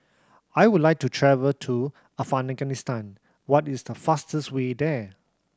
I would like to travel to Afghanistan what is the fastest way there